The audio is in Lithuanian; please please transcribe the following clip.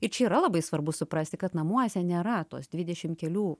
ir čia yra labai svarbu suprasti kad namuose nėra tos dvidešim kelių